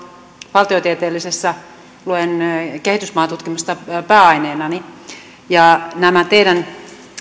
valtiotieteellisessä luen kehitysmaatutkimusta pääaineenani niin mitä tulee näihin teidän